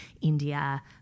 India